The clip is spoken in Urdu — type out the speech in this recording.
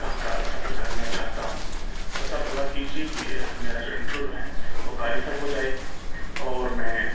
کہاں کا سفر کرنا چاہتا ہوں بس آپ دعا کیجیے کہ میرا جو انٹرویو ہے وہ کالیفائی ہو جائے اور میں